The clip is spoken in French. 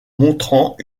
montrant